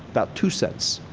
about two cents.